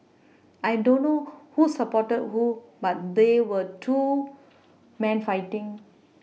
I don't know who supported who but there were two men fighting